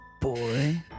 boy